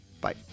Bye